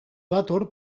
dator